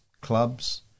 clubs